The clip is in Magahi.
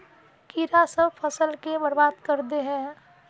कीड़ा सब फ़सल के बर्बाद कर दे है?